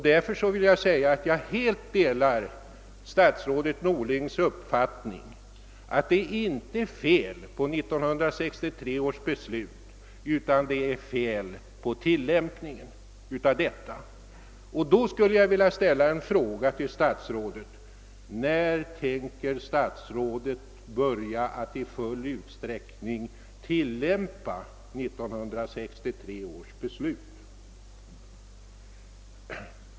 Däremot vill jag säga att jag helt delar statsrådet Norlings uppfattning, att det inte är något fel på de av 1963 års riksdag antagna riktlinjerna för den statliga trafikpolitiken, utan att det är fel på tillämpningen av det beslutet. Därför skulle jag vilja rikta följande fråga till statsrådet: När tänker statsrådet börja att i full utsträckning tillämpa 1963 års beslut?